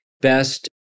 best